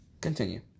Continue